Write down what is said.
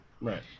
Right